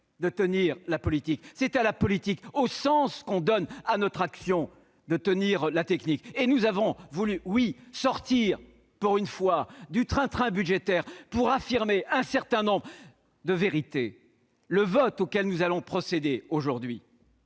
de tenir la politique. C'est à la politique, au sens que l'on donne à notre action, qu'il revient de tenir la technique. Oui, nous avons voulu sortir pour une fois du train-train budgétaire et affirmer un certain nombre de vérités ! Le vote auquel nous allons procéder aujourd'hui